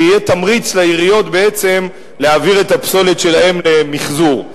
ויהיה תמריץ לעיריות בעצם להעביר את הפסולת שלהן למיחזור.